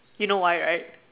you know why right